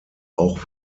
auch